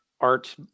art